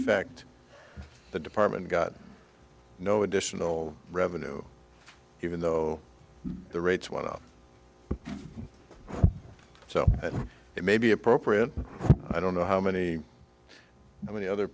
fact the department got no additional revenue even though the rates went up so that it may be appropriate i don't know how many how many other